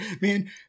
man